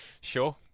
Sure